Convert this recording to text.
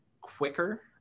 quicker